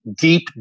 deep